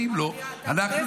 ואם לא, אבל הכנסת יוצאת לפגרה.